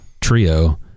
trio